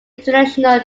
international